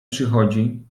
przychodzi